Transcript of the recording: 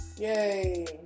Yay